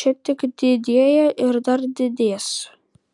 čia tik didėja ir dar didės